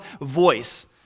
voice